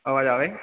અવાજ આવે છે